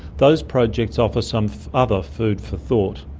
those projects offer some other food for thought.